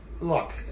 Look